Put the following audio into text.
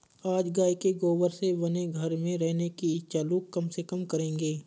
आज गाय के गोबर से बने घर में रहने की इच्छा लोग कम से कम करेंगे